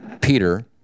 Peter